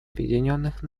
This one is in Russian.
объединенных